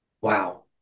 Wow